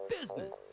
business